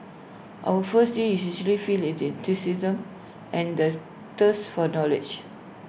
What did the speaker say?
our first year is usually filled IT enthusiasm and the thirst for knowledge